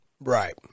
Right